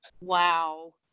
Wow